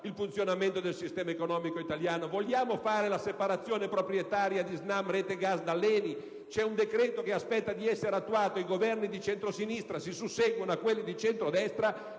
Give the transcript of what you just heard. nel funzionamento del sistema economico italiano? Vogliamo procedere alla separazione proprietaria di Snam Rete Gas dall'ENI? C'è un decreto che aspetta di essere attuato, i Governi di centrosinistra si susseguono a quelli di centrodestra,